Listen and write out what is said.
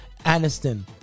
Aniston